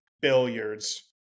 Billiards